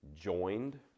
joined